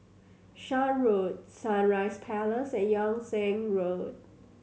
Shan Road Sunrise Palace and Yung Sheng Road